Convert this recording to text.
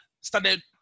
started